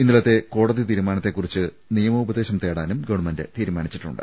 ഇന്നലത്തെ കോടതി തീരുമാനത്തെകുറിച്ച് നിയമോപദേശം തേടാനും ഗവൺമെന്റ് തീരുമാനിച്ചിട്ടുണ്ട്